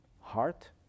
heart